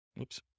Oops